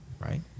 right